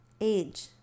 age